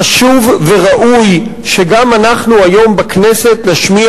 חשוב וראוי שגם אנחנו היום בכנסת נשמיע